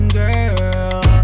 girl